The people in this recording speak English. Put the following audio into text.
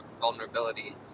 vulnerability